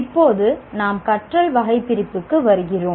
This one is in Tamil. இப்போது நாம் கற்றல் வகைபிரிப்பிற்கு வருகிறோம்